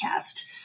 podcast